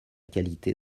qualité